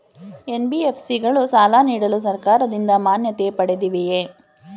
NBFC ಗಳು ಸಾಲ ನೀಡಲು ಸರ್ಕಾರದಿಂದ ಮಾನ್ಯತೆ ಪಡೆದಿವೆಯೇ?